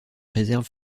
réserve